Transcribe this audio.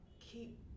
keep